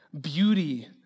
beauty